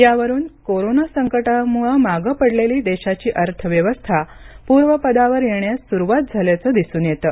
यावरुन कोरोना संकटामुळे मागे पडलेली देशाची अर्थव्यवस्था पूर्वपदावर येण्यास सुरुवात झाल्याचं दिसून येतं